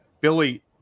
Billy